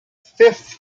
fifth